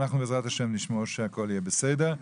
אנחנו בעזרת ה' נשמור שהכול יהיה בסדר.